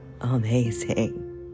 amazing